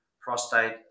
prostate